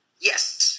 yes